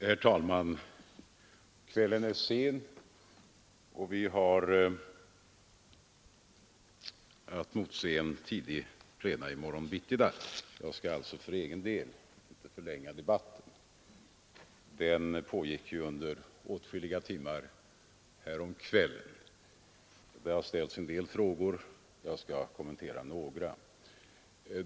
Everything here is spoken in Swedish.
Herr talman! Kvällen är sen, och vi har att motse ett tidigt plenum i morgon. Jag skall därför för egen del inte förlänga debatten. Den pågick för övrigt i samma ämne under åtskilliga timmar häromkvällen. Det har ställts en del frågor, och jag skall kommentera några av dem.